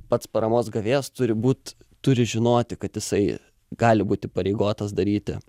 pats paramos gavėjas turi būt turi žinoti kad jisai gali būt įpareigotas daryti